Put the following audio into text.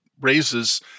raises